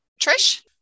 Trish